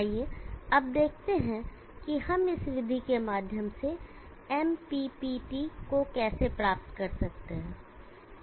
आइए अब देखते हैं कि हम इस विधि के माध्यम से MPPT को कैसे प्राप्त करते हैं